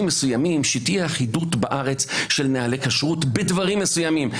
מסוימים שתהיה אחידות בארץ של נוהלי כשרות בדברים מסוימים.